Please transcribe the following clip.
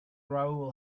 rahul